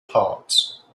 parts